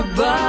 Bye